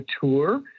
tour